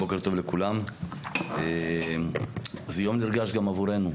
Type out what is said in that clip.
בוקר טוב לכולם, זה יום נרגש גם עבורנו.